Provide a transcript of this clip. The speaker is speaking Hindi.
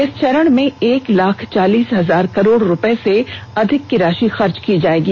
इस चरण में एक लाख चालीस हजार करोड़ रुपये से अधिक की राशि खर्च की जाएगी